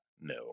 no